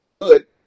good